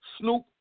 Snoop